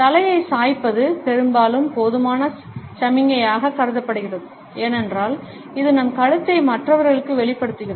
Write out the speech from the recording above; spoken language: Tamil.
தலையை சாய்ப்பது பெரும்பாலும் போதுமான சமிக்ஞையாகக் கருதப்படுகிறது ஏனென்றால் இது நம் கழுத்தை மற்றவர்களுக்கு வெளிப்படுத்துகிறது